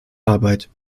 arbeit